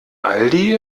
aldi